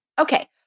Okay